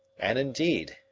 and, indeed,